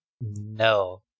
No